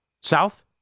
South